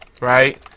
right